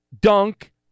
Dunk